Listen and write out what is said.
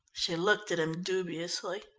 she looked at him dubiously.